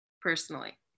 personally